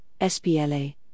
SPLA